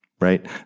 Right